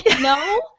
No